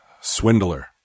swindler